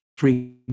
three